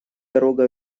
дорога